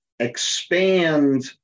expand